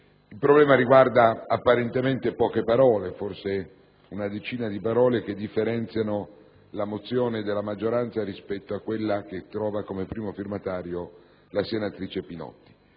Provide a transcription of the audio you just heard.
Il problema riguarda apparentemente poche parole, forse una decina, che differenziano la mozione della maggioranza rispetto a quel che vede come prima firmataria la senatrice Pinotti.